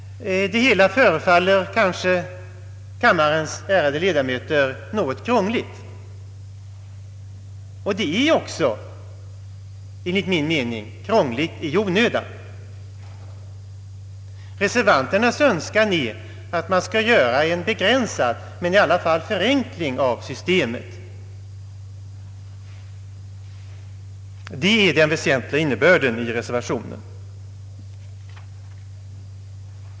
Det hela förefaller kanske kammarens ärade ledamöter något krångligt, och det är också enligt min mening krångligt i onödan. Reservanternas önskan är en förenkling av systemet. Det är den väsentliga innebörden i reservationen.